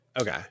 Okay